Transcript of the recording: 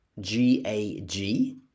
G-A-G